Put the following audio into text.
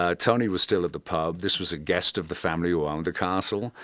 ah tony was still at the pub, this was a guest of the family who owned the castle,